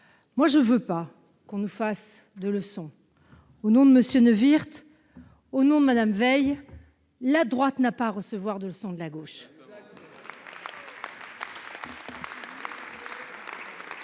! Je ne veux pas que l'on nous fasse de leçon ! Au nom de M. Neuwirth et de Mme Veil, la droite n'a pas à recevoir de telles leçons de la gauche.